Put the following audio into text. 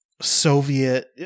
Soviet